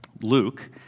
Luke